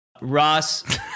Ross